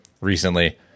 recently